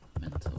Mental